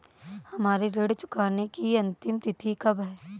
हमारी ऋण चुकाने की अंतिम तिथि कब है?